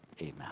Amen